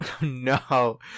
No